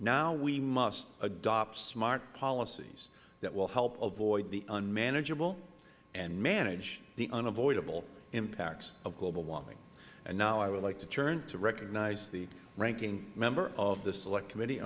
now we must adopt smart policies that will help avoid the unmanageable and manage the unavoidable impacts of global warming and now i would like to turn to recognize the ranking member of the select committee